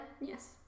Yes